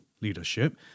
leadership